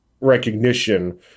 recognition